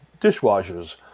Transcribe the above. dishwashers